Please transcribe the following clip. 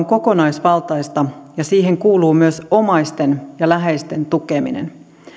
kokonaisvaltaista ja siihen kuuluu myös omaisten ja läheisten tukeminen